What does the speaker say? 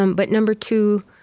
um but number two,